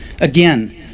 Again